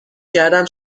کردم